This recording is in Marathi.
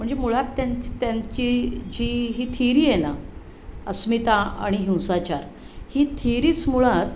म्हणजे मुळात त्यांची त्यांची जी ही थिरीय आहे ना अस्मिता आणि हिंसाचार ही थिरीच मुळात